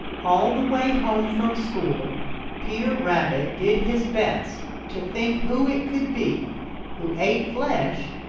all the way home from school peter rabbit did his best to think who it could be who ate flesh,